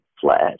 flat